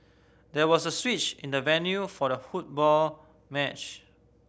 there was a switch in the venue for the football match